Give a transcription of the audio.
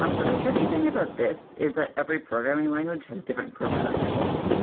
um so the tricky thing about this is that every programming language has different profiling tools.